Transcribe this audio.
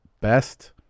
best